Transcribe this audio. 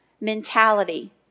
mentality